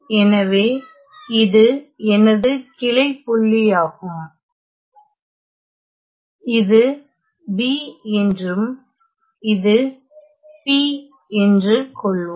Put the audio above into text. எனவே இது எனது கிளை புள்ளியாகும் இது B என்றும் இது P என்று கொள்வோம்